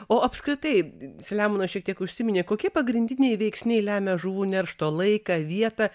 o apskritai selemonas šiek tiek užsiminė kokie pagrindiniai veiksniai lemia žuvų neršto laiką vietą